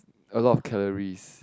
a lot of calories